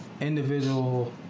individual